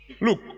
Look